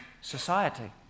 society